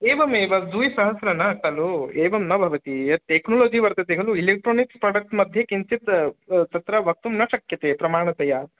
एवमेव द्विसहस्रं न खलु एवं न भवति यत् टेक्नोलोज़ि वर्तते खलु इलेक्ट्रानिक्स् प्रोडक्ट् मध्ये किञ्चित् तत्र वक्तुं न शक्यते प्रमाणतया